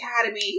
academy